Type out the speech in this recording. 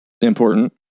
important